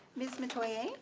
ms. metoyer.